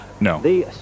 No